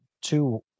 two